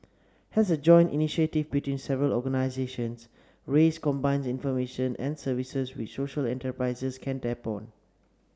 as a joint initiative between several organisations raise combines information and services which social enterprises can tap on